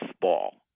ball